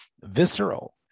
visceral